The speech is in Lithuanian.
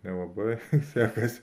nelabai sekasi